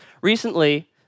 Recently